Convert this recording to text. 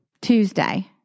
Tuesday